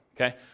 okay